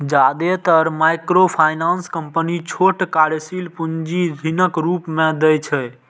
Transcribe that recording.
जादेतर microfinance company छोट कार्यशील पूंजी ऋणक रूप मे दै छै